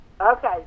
Okay